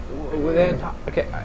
Okay